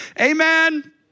Amen